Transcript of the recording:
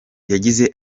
yagize